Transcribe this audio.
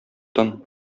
тын